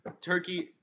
Turkey